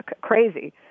crazy